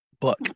book